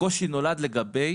הקושי נולד לגבי